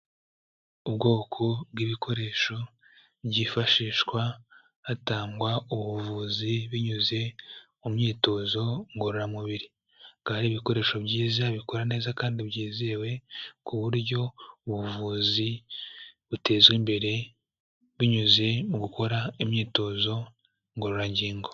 Ubwoko bw'ibikoresho byifashishwa hatangwa ubuvuzi binyuze mu myitozo ngororamubiri. Hakaba hari ibikoresho byiza bikora neza kandi byizewe ku buryo ubuvuzi butezwa imbere, binyuze mu gukora imyitozo ngororangingo.